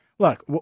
Look